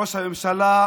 ראש הממשלה,